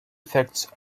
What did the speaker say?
effects